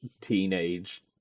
Teenage